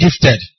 gifted